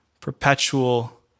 perpetual